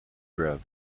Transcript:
ground